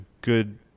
good